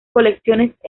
colecciones